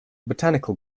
botanical